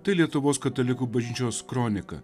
tai lietuvos katalikų bažnyčios kronika